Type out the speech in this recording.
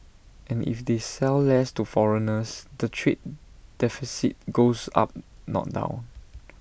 and if they sell less to foreigners the trade deficit goes up not down